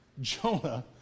Jonah